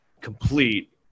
complete